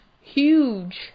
huge